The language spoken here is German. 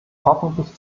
hoffentlich